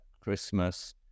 Christmas